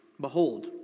behold